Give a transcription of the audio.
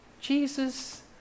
Jesus